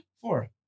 Four